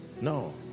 no